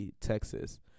Texas